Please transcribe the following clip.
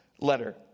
letter